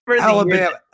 Alabama